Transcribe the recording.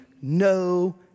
no